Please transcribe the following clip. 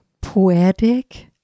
poetic